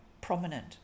prominent